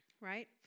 Right